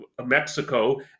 Mexico